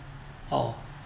orh